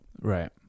Right